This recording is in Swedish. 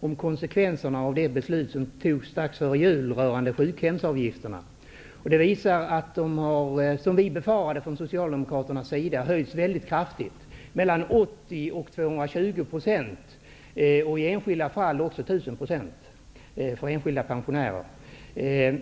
om konsekvenserna av det beslut som fattades strax före jul rörande sjukhemsavgifterna. Rapporten visar att dessa avgifter har höjts mycket kraftigt -- vilket vi socialdemokrater befarade -- med mellan 80 % och 220 %. I enskilda fall har höjningen varit t.o.m. 1 000 %.